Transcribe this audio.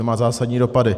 To má zásadní dopady.